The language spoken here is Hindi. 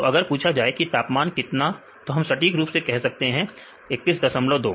तो अगर पूछा जाए कि तापमान कितना तो हम सटीक रूप से कह सकते हैं 212